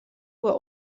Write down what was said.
were